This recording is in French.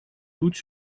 doutes